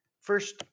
first